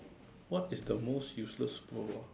what is the most useless power